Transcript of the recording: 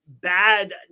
bad